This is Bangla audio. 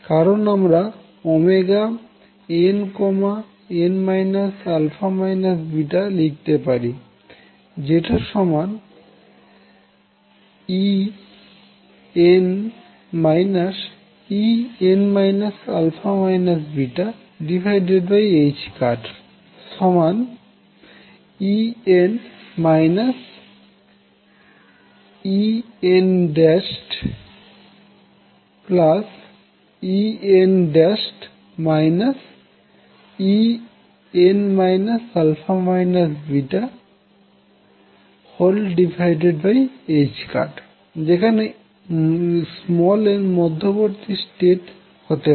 কারন আমরা nn α β লিখতে পারি যেটা সমান En En α βℏ En EnEn En α βℏ যেখানে n মধ্যবর্তী ষ্টেট হতে পারে